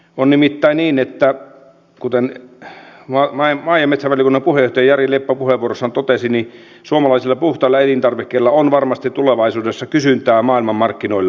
on nimittäin niin kuten maa ja metsätalousvaliokunnan puheenjohtaja jari leppä puheenvuorossaan totesi että suomalaisella puhtaalla elintarvikkeella on varmasti tulevaisuudessa kysyntää maailmanmarkkinoilla